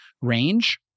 range